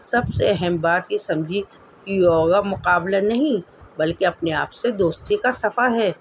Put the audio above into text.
سب سے اہم بات یہ سمجھی کہ یوگا مقابلہ نہیں بلکہ اپنے آپ سے دوستی کا سفر ہے